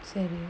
same